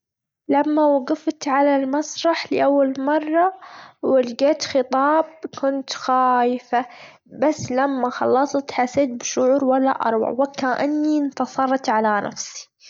لما وجفت على المسرح لأول مرة ولجيت خطاب كنت خايفة بس لما خلصت حسيت بشعور ولا أروع، وكأني أنتصرت على نفسي.